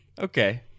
Okay